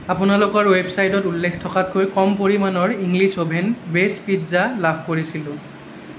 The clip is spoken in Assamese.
আপোনালোকৰ ৱেবচাইটত উল্লেখ থকাতকৈ কম পৰিমানৰ ইংলিছ অ'ভেন বেচ পিজ্জা লাভ কৰিছিলোঁ